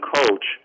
coach